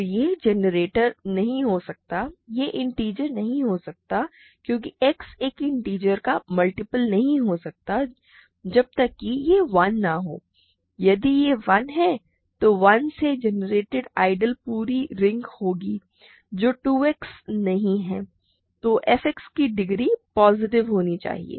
तो यह जनरेटर नहीं हो सकता यह इन्टिजर नहीं हो सकता क्योंकि X एक इन्टिजर का मल्टीपल नहीं हो सकता जब तक की ये 1 न हो यदि यह 1 है तो 1 से जनरेटेड आइडियल पूरा रिंग होगी जो 2X नहीं है तो fX की डिग्री पॉजिटिव होनी चाहिए